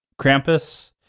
Krampus